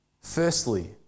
Firstly